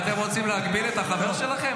אתם רוצים להגביל את החבר שלכם?